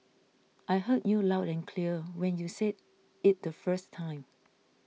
I heard you loud and clear when you said it the first time